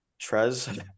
Trez